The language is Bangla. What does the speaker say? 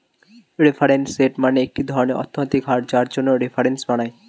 রেফারেন্স রেট মানে একটি ধরনের অর্থনৈতিক হার যার জন্য রেফারেন্স বানায়